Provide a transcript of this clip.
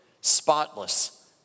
spotless